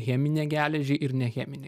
cheminę geležį ir ne cheminę